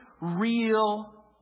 real